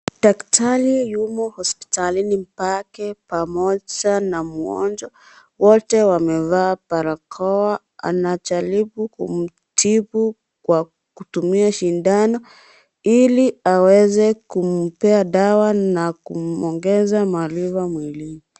Daktari yumo hospitalini pake pamoja na mgonjwa. Wote wamevaa barakoa. Anajaribu kumtibu kwa kutumia sindano Ili aweze kumpea na dawa na kumwongeza maliva mwilini.